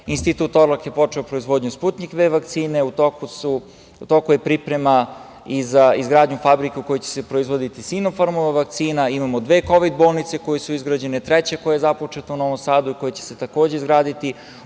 Institut „Torlak“ je počeo proizvodnju Sputnjik-V vakcine, u toku je priprema i za izgradnju fabrike u kojoj će se proizvoditi Sinofarmova vakcina, imamo dve kovid bolnice koje su izgrađene, treća koja je započeta u Novom Sadu koja će se takođe izgraditi